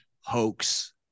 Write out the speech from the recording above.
hoax